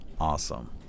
awesome